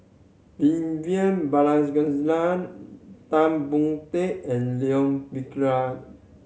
Vivian Tan Boon Teik and Leon